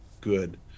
good